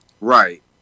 Right